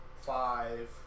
five